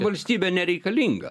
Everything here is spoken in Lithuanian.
valstybė nereikalinga